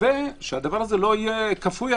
ושהדבר הזה לא יהיה כפוי,